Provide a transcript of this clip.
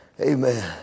Amen